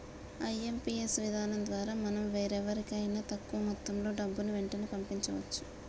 IMPS విధానం ద్వారా మనం వేరెవరికైనా తక్కువ మొత్తంలో డబ్బుని వెంటనే పంపించవచ్చు